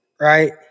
Right